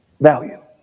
value